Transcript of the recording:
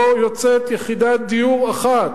לא יוצאת יחידת דיור אחת,